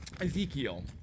Ezekiel